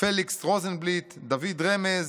פליכס רוזנבליט, דוד רמז,